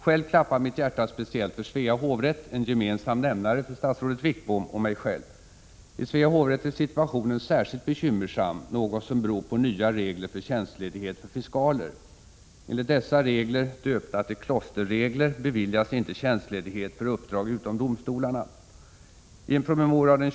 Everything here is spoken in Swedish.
Själv vill jag säga att mitt hjärta klappar speciellt för Svea hovrätt — en gemensam nämnare för statsrådet Wickbom och mig. I Svea hovrätt är situationen särskilt bekymmersam, vilket beror på nya regler för tjänstledighet för fiskaler. Enligt dessa regler, döpta till ”klosterreglerna”, beviljas inte tjänstledighet för uppdrag utom domstolarna.